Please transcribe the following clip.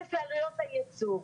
מלהתייחס לעלויות הייצור.